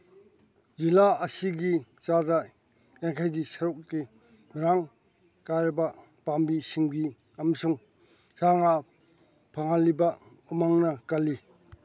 ꯖꯤꯂꯥ ꯑꯁꯤꯒꯤ ꯆꯥꯗ ꯌꯥꯡꯈꯩꯗꯤ ꯁꯔꯨꯛꯇꯤ ꯃꯔꯥꯡ ꯀꯥꯏꯔꯕ ꯄꯥꯝꯕꯤ ꯁꯤꯡꯕꯤ ꯑꯃꯁꯨꯡ ꯁꯥ ꯉꯥ ꯐꯪꯍꯜꯂꯤꯕ ꯎꯃꯪꯅ ꯀꯜꯂꯤ